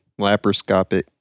Laparoscopic